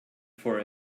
for